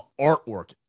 artwork